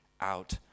out